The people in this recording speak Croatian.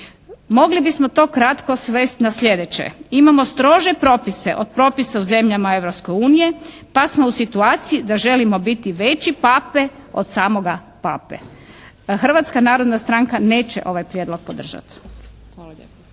Mogli bismo to kratko svesti na sljedeće: imamo strože propise od propisa u zemljama Europske unije pa smo u situaciji da želimo biti veći pape od samoga pape. Hrvatska narodna stranka neće ovaj Prijedlog podržati.